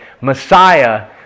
Messiah